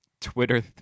Twitter